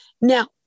Now